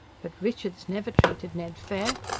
but richard's never treated ned fair.